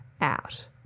out